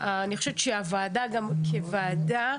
ואני חושבת שכחברי כנסת וכוועדה,